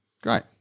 Great